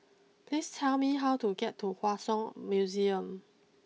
please tell me how to get to Hua Song Museum